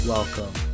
Welcome